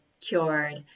cured